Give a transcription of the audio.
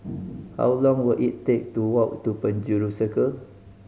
how long will it take to walk to Penjuru Circle